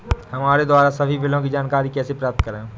हमारे द्वारा सभी बिलों की जानकारी कैसे प्राप्त करें?